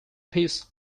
piece